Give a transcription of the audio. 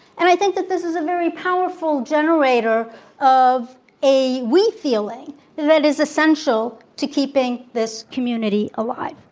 and i think that this is a very powerful generator of a we feeling that is essential to keeping this community alive.